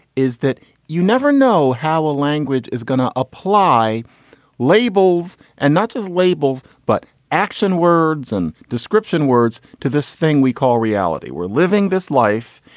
is that you never know how a language is going to apply labels and not just labels, but action words and description words to this thing we call reality. we're living this life.